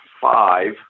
five